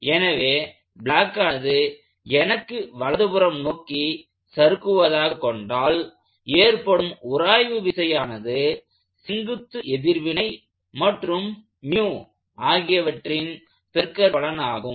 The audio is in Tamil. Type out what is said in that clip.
எனவே பிளாக் ஆனது எனக்கு வலதுபுறம் நோக்கி சறுக்குவதாக கொண்டால் ஏற்படும் உராய்வு விசையானது செங்குத்து எதிர்வினை மற்றும் ஆகியவற்றின் பெருக்கல் பலனாகும்